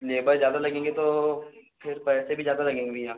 labour ज़्यादा लगेंगे तो फ़िर पैसे भी ज़्यादा लगेंगे भैया